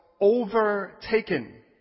overtaken